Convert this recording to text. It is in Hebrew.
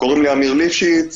קוראים לי אמיר ליפשיץ,